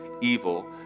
evil